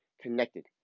connected